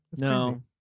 No